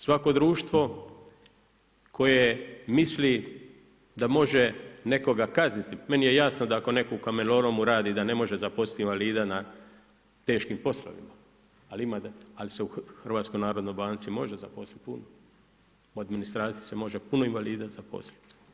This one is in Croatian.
Svako društvo koje misli da može nekoga kazniti, meni je jasno da ako neko u kamenolomu radi da ne može zaposliti invalida na teškim poslovima, ali se u HNB može zaposliti puno, u administraciji se može puno invalida zaposliti.